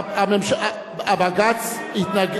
בג"ץ התנגד,